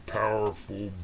powerful